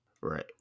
right